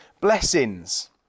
blessings